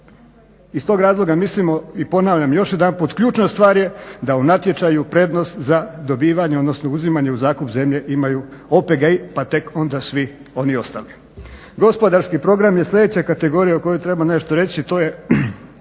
Iz tog razloga mislimo i ponavljam još jedanput, ključna stvar je da u natječaju prednost za dobivanje odnosno uzimanje u zakup zemlje imaju OPG-i pa tek onda svi oni ostali. Gospodarski program je sljedeća kategorija o kojoj treba nešto reći, to je